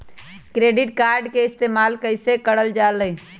Credit card के इस्तेमाल कईसे करल जा लई?